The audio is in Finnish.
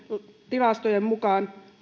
tilastojen mukaan